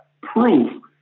proof